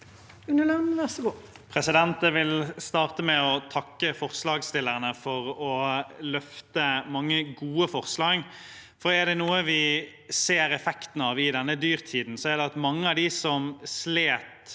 Jeg vil starte med å takke forslagsstillerne for mange gode forslag. Er det noe vi ser effekten av i denne dyrtiden, er det at mange av de som slet